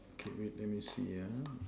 okay wait let me see ah